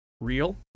real